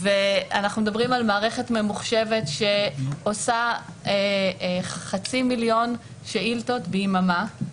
ואנחנו מדברים על מערכת ממוחשבת שעושה חצי מיליון שאילתות ביממה,